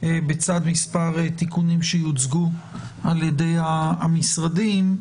בצד מספר תיקונים שיוצגו ע"י המשרדים,